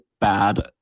bad